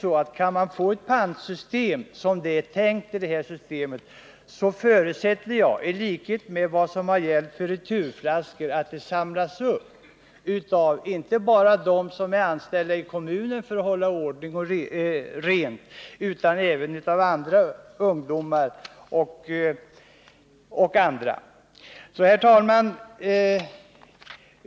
Men kan vi få ett pantsystem, så som det är tänkt, förutsätter jag att förpackningarna — i likhet med vad som har gällt för returflaskorna — kommer att samlas upp, inte bara av dem som är anställda i kommunen för att hålla kommunen ren, utan även av många ungdomar och andra. Herr talman!